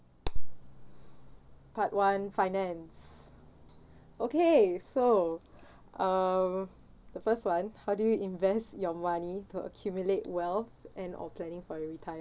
part one finance okay so uh the first one how do you invest your money to accumulate wealth and or planning for retirement